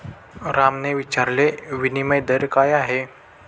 रामने विचारले, विनिमय दर काय आहे?